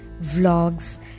vlogs